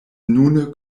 nune